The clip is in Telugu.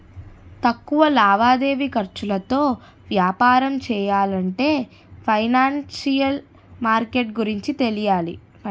తక్కువ లావాదేవీ ఖర్చులతో వ్యాపారం చెయ్యాలంటే ఫైనాన్సిషియల్ మార్కెట్ గురించి తెలియాలి